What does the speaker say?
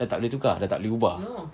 dah tak boleh tukar dah tak boleh ubah